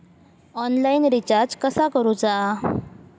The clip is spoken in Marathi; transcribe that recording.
ऑनलाइन रिचार्ज कसा करूचा?